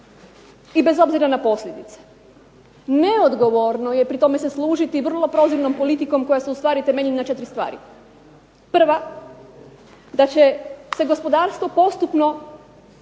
i bez obzira na posljedice. Neodgovorno je pri tome se služiti vrlo prozirnom politikom koja se ustvari temelji na 4 stvari. Prva, da će se gospodarstvo postupno